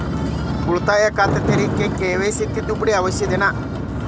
ಉಳಿತಾಯ ಖಾತೆ ತೆರಿಲಿಕ್ಕೆ ಕೆ.ವೈ.ಸಿ ತಿದ್ದುಪಡಿ ಅವಶ್ಯ ಅದನಾ?